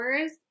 hours